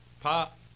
Pop